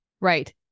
Right